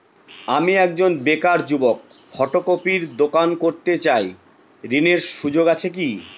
আমি একজন বেকার যুবক ফটোকপির দোকান করতে চাই ঋণের সুযোগ আছে কি?